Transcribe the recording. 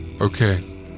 Okay